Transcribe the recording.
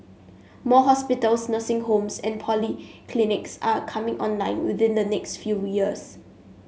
more hospitals nursing homes and polyclinics are coming online within the next few years